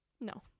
No